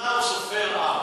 התחתונה הוא סופר ארבע.